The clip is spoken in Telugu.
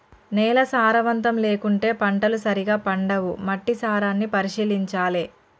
నేల సారవంతం లేకుంటే పంటలు సరిగా పండవు, మట్టి సారాన్ని పరిశీలించాలె